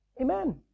Amen